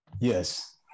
Yes